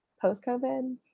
post-COVID